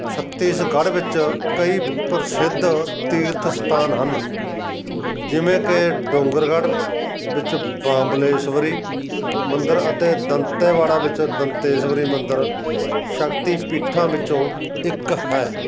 ਛੱਤੀਸਗੜ੍ਹ ਵਿੱਚ ਕਈ ਪ੍ਰਸਿੱਧ ਤੀਰਥ ਸਥਾਨ ਹਨ ਜਿਵੇਂ ਕਿ ਡੋਂਗਰਗੜ੍ਹ ਵਿੱਚ ਬਾਂਬਲੇਸ਼ਵਰੀ ਮੰਦਰ ਅਤੇ ਦੰਤੇਵਾੜਾ ਵਿੱਚ ਦੰਤੇਸ਼ਵਰੀ ਮੰਦਰ ਸ਼ਕਤੀ ਪੀਠਾਂ ਵਿੱਚੋਂ ਇੱਕ ਹੈ